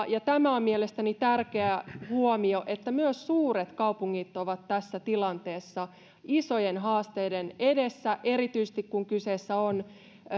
ja tämä on mielestäni tärkeä huomio myös suuret kaupungit ovat tässä tilanteessa isojen haasteiden edessä erityisesti kun kyseessä on